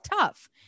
tough